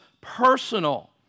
personal